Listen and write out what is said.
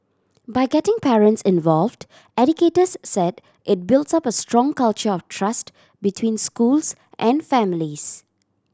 by getting parents involved educators said it builds up a strong culture of trust between schools and families